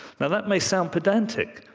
now, that may sound pedantic,